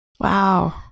wow